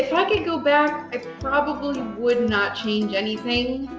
if i could go back, i probably would not change anything.